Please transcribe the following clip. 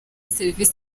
serivisi